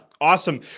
Awesome